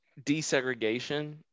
desegregation